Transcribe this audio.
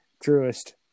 truest